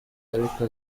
ariko